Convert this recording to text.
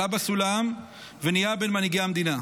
עלה בסולם ונהיה בין מנהיגי המדינה.